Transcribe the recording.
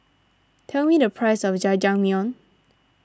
tell me the price of Jajangmyeon